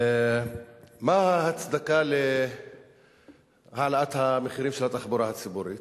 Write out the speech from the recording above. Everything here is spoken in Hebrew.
מה ההצדקה להעלאת המחירים של התחבורה הציבורית?